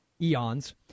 eons